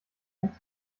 bett